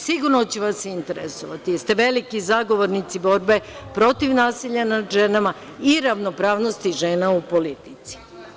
Sigurno će vas interesovati, jer ste veliki zagovornici borbe protiv nasilja nad ženama i ravnopravnosti žena u politici.